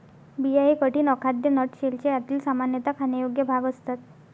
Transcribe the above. बिया हे कठीण, अखाद्य नट शेलचे आतील, सामान्यतः खाण्यायोग्य भाग असतात